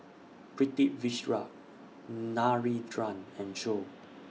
Pritiviraj Narendra and Choor